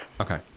Okay